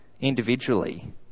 individually